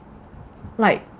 like